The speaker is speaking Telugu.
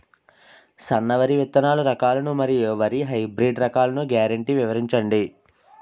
సన్న వరి విత్తనాలు రకాలను మరియు వరి హైబ్రిడ్ రకాలను గ్యారంటీ వివరించండి?